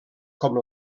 com